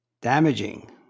damaging